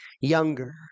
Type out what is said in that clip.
younger